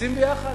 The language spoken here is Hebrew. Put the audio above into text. עושים ביחד.